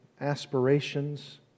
aspirations